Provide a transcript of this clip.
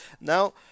Now